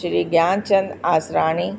Shri Gyanchand Asrani